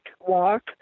walk